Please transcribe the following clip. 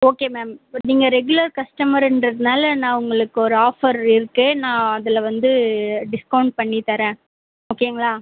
okay ma'am இப்போ நீங்கள் regular கஸ்டமருன்றதுனால் நான் உங்களுக்கு ஒரு ஆஃபர் இருக்குது நான் அதில் வந்து டிஸ்கௌண்ட் பண்ணித் தர்றேன் ஓகேங்களா